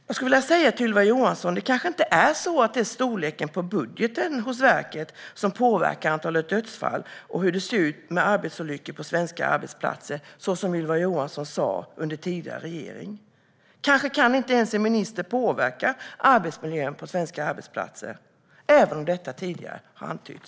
Jag skulle vilja säga till Ylva Johansson att det kanske inte är storleken på budgeten hos Arbetsmiljöverket som påverkar antalet dödsfall eller arbetsolyckor på svenska arbetsplatser, som Ylva Johansson sa under den tidigare regeringen. Kanske kan en minister inte påverka arbetsmiljön på svenska arbetsplatser - även om detta tidigare har antytts.